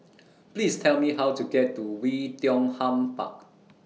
Please Tell Me How to get to Wei Tiong Ham Park